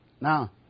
Now